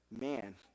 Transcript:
man